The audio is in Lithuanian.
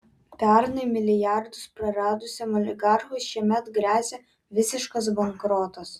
pernai milijardus praradusiam oligarchui šiemet gresia visiškas bankrotas